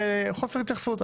וחוסר התייחסות.